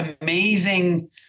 amazing